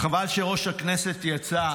חבל שיושב-ראש הכנסת יצא.